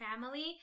family